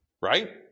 Right